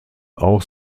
auch